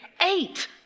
Eight